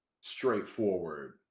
straightforward